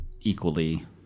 equally